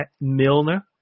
Milner